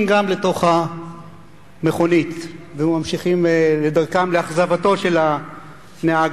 גם הם לתוך המכונית וממשיכים לדרכם לאכזבתו של הנהג,